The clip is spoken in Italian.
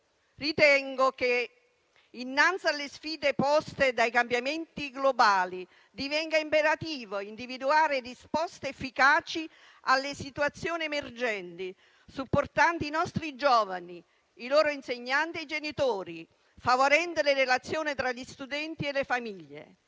Ritengo che innanzi alle sfide poste dai cambiamenti globali, divenga imperativo individuare risposte efficaci alle situazioni emergenti, supportando i nostri giovani, i loro insegnanti e i genitori, favorendo le relazioni tra gli studenti e le famiglie.